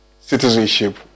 citizenship